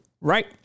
right